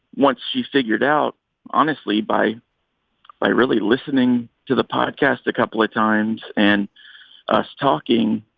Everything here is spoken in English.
once she figured out honestly, by by really listening to the podcast a couple of times and us talking,